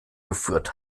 geführt